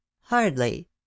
Hardly